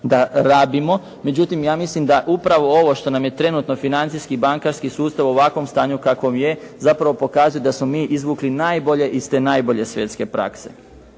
da rabimo, međutim ja mislim da upravo ovo što nam je trenutno financijski bankarski sustav u ovakvom stanju kakvom je, zapravo pokazuje da smo mi izvukli najbolje iz te najbolje svjetske prakse.